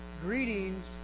Greetings